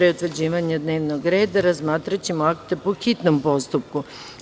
Pre utvrđivanja dnevnog reda, razmotrićemo akte po hitnom postupku.